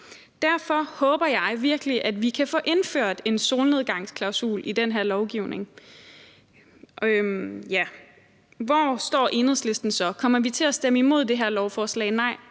Derfor håber jeg virkelig, at vi kan få indført en solnedgangsklausul i den her lovgivning. Hvor står Enhedslisten så? Kommer vi til at stemme imod det her lovforslag? Nej,